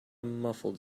muffled